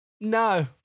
No